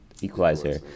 equalizer